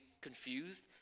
confused